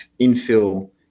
infill